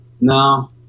No